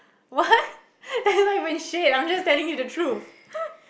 what that's not even shade I'm just telling you the truth